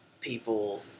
people